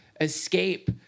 escape